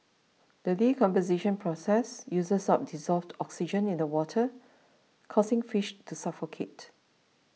the decomposition process uses up dissolved oxygen in the water causing fish to suffocate